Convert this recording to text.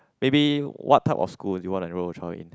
maybe what type of school you want enroll your child in